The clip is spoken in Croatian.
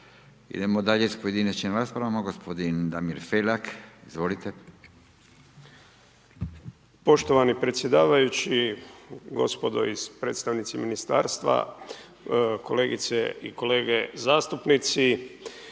Idemo dalje s pojedinačnim raspravama, gospodin Damir Felak, izvolite. **Felak, Damir (HDZ)** Poštovani predsjedavajući, gospodo iz predstavnici ministarstva, kolegice i kolege zastupnici.